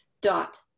dot